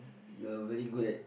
you're very good at